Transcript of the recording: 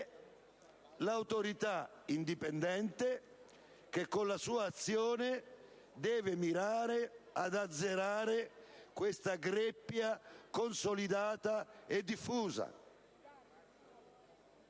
l'Autorità indipendente che, con la sua azione, deve mirare ad azzerare questa greppia consolidata e diffusa.